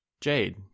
Jade